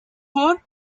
for